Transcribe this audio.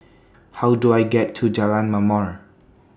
How Do I get to Jalan Ma'mor